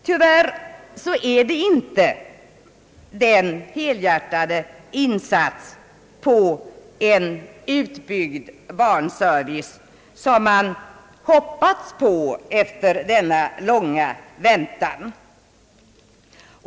Tyvärr är det dock inte den helhjärtade satsning på en utbyggd barnservis som man hade hoppats på efter denna långa väntan.